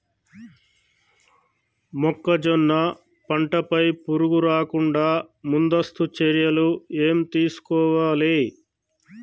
మొక్కజొన్న పంట పై పురుగు రాకుండా ముందస్తు చర్యలు ఏం తీసుకోవాలి?